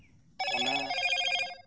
ᱚᱱᱟ